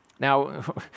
Now